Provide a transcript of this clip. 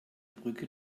brücke